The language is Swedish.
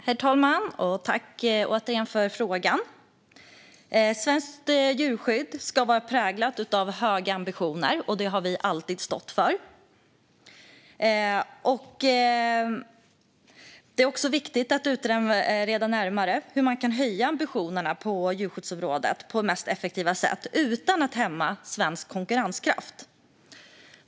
Herr talman! Svenskt djurskydd ska vara präglat av höga ambitioner, och det har vi alltid stått för. Det är också viktigt att utreda vidare hur man kan höja ambitionerna på djurskyddsområdet på mest effektiva sätt utan att hämma svensk konkurrenskraft.